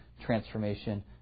transformation